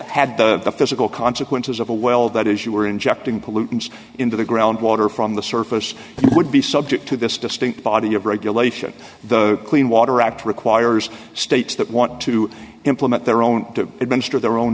had the physical consequences of a well that is you were injecting pollutants into the groundwater from the surface and it would be subject to this distinct body of regulation the clean water act requires states that want to implement their own to administer their own